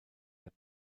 der